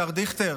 השר דיכטר,